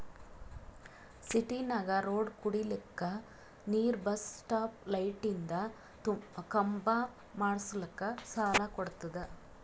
ಸಿಟಿನಾಗ್ ರೋಡ್ ಕುಡಿಲಕ್ ನೀರ್ ಬಸ್ ಸ್ಟಾಪ್ ಲೈಟಿಂದ ಖಂಬಾ ಮಾಡುಸ್ಲಕ್ ಸಾಲ ಕೊಡ್ತುದ